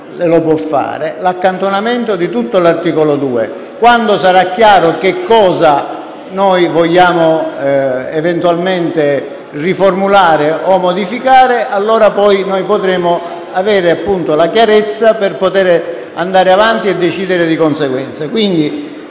e lo può fare, l'accantonamento di tutto l'articolo 2. Quando sarà chiaro che cosa vogliamo eventualmente riformulare o modificare, allora potremo avere la chiarezza per andare avanti e decidere di conseguenza.